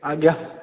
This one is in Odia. ଆଜ୍ଞା